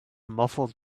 muffled